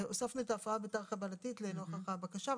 הוספנו את ההפרעה הבתר-חבלתית לנוכח הבקשה,